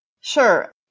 Sure